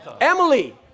Emily